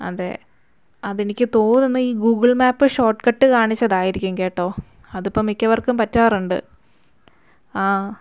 അതെ അതെനിക്ക് തോന്നുന്നു ഈ ഗൂഗിൾ മാപ്പ് ഷോട്ട് കട്ട് കാണിച്ചതായിരിക്കും കേട്ടോ അതിപ്പം മിക്കവർക്കും പറ്റാറുണ്ട് ആ